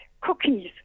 cookies